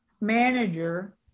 manager